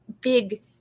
big